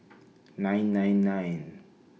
nine nine nine